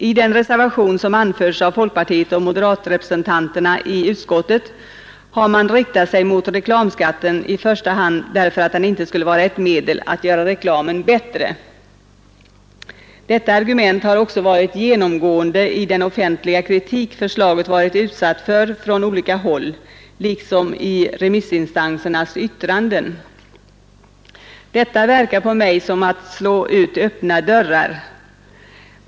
I den reservation som avgivits av folkpartioch moderatrepresentanterna i utskottet har man riktat sig mot reklamskatten i första hand därför att den inte skulle vara ett medel att göra reklamen bättre. Detta argument har också varit genomgående i den offentliga kritik som förslaget varit utsatt för från olika håll liksom i remissinstansernas yttranden. Detta verkar på mig vara att slå in öppna dörrar.